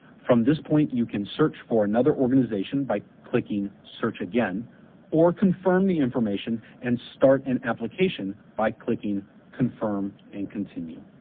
from this point you can search for another organization by clicking search again or confirm the information and start an and application by clicking confirm and continue.